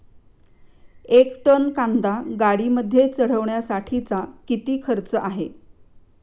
एक टन कांदा गाडीमध्ये चढवण्यासाठीचा किती खर्च आहे?